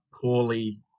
poorly